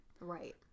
Right